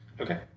Okay